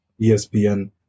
ESPN